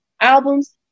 albums